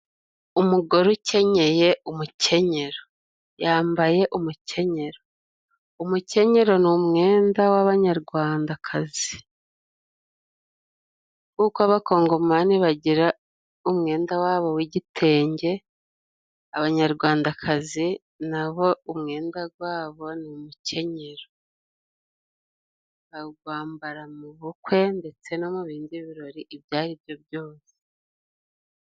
Umugore ukenyeye umukenyero yambaye umukenyero. Umukenyero ni umwenda w'abanyarwanda kazi. Nkuko abakongomani bagira umwenda wabo w'igitenge abanyarwandakazi nabo umwenda gwabo ni umukenyero. Bagwambara mu bukwe ndetse no mu bindi birori ibyo ari byo byose.